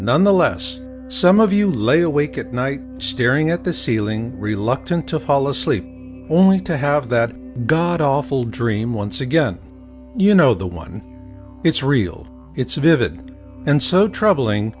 nonetheless some of you lay awake at night staring at the ceiling reluctant to fall asleep only to have that god awful dream once again you know the one it's real it's a vivid and so troubling